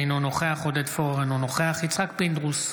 אינו נוכח עודד פורר, אינו נוכח יצחק פינדרוס,